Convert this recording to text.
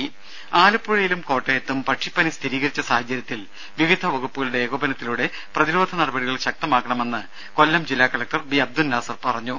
ദ്ദേ ആലപ്പുഴയിലും കോട്ടയത്തും പക്ഷിപ്പനി സ്ഥിരീകരിച്ച സാഹചര്യത്തിൽ വിവിധ വകുപ്പുകളുടെ ഏകോപനത്തിലൂടെ പ്രതിരോധ നടപടികൾ ശക്തമാക്കണമെന്ന് കൊല്ലം ജില്ലാ കലക്ടർ ബി അബ്ദുൽ നാസർ പറഞ്ഞു